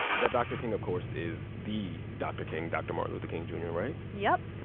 that dr. king, of course, is the dr. king dr. martin luther king jr, right? yup.